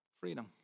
Freedom